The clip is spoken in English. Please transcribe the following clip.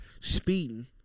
speeding